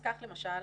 כך למשל,